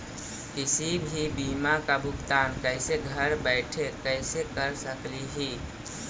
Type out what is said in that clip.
किसी भी बीमा का भुगतान कैसे घर बैठे कैसे कर स्कली ही?